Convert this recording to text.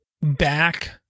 back